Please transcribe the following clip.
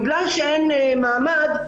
בגלל שאין מעמד.